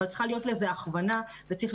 אבל צריכה להיות לזה הכוונה ומקום.